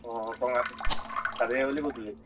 ହଁ କ'ଣ ଗାଧୋଇବେ ବୋଲି କହୁଥିଲେ